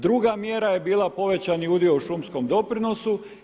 Druga mjera je bila povećani udio u šumskom doprinosu.